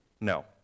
No